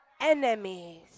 enemies